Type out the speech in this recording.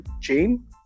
chain